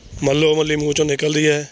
ਮੱਲੋ ਮੱਲੀ ਮੂੰਹ 'ਚੋਂ ਨਿਕਲਦੀ ਹੈ